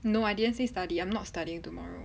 no I didn't say study I'm not studying tomorrow